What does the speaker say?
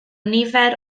nifer